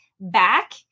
back